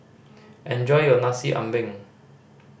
enjoy your Nasi Ambeng